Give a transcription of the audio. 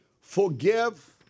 Forgive